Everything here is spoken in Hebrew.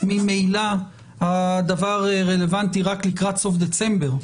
ממילא הדבר רלוונטי רק לקראת סוף דצמבר.